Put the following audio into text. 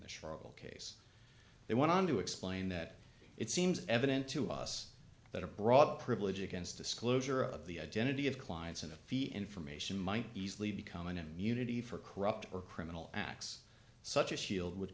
the trouble case they went on to explain that it seems evident to us that a broad privilege against disclosure of the identity of clients in a fee information might easily become an immunity for corrupt or criminal acts such as shield would